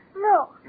No